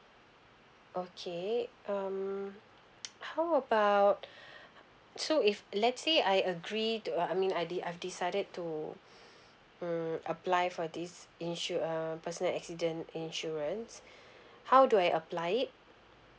okay um how about so if let say I agree to uh I mean I've de~ I've decided to mm apply for this insur~ uh personal accident insurance how do I apply it